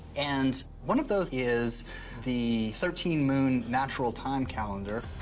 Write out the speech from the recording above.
and one of those is the thirteen moon natural time calendar.